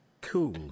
Cool